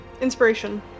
Inspiration